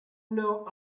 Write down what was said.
knows